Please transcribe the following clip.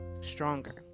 stronger